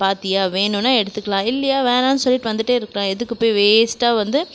பார்த்தியா வேணுன்னால் எடுத்துக்கலாம் இல்லையா வேணான்னு சொல்லிவிட்டு வந்துகிட்டே இருக்கலாம் எதுக்கு போய் வேஸ்ட்டாக வந்து